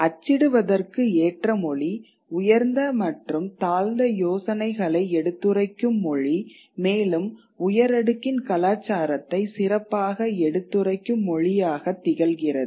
அச்சிடுவதற்கு ஏற்ற மொழி உயர்ந்த மற்றும் தாழ்ந்த யோசனைகளை எடுத்துரைக்கும் மொழி மேலும் உயரடுக்கின் கலாச்சாரத்தை சிறப்பாக எடுத்துரைக்கும் மொழியாகத் திகழ்கிறது